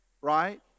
Right